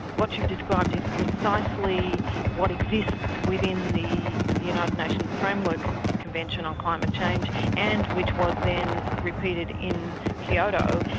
what you described is precisely what exists within the united nations framework convention on climate change and which was then repeated in kyoto,